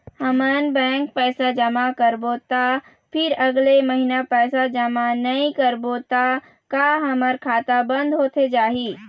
हमन बैंक पैसा जमा करबो ता फिर अगले महीना पैसा जमा नई करबो ता का हमर खाता बंद होथे जाही?